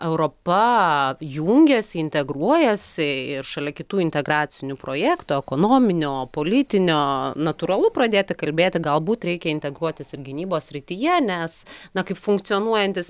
europa jungiasi integruojasi ir šalia kitų integracinių projektų ekonominio politinio natūralu pradėti kalbėti galbūt reikia integruotis ir gynybos srityje nes na kaip funkcionuojantis